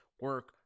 Work